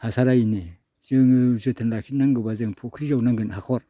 हासारा इनो जोङो जोथोन लाखिनांगौब्ला जों फुख्रि जावनांगोन हाख'र